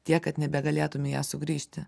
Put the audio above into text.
tiek kad nebegalėtum į ją sugrįžti